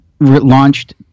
launched